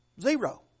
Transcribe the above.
Zero